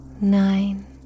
nine